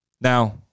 Now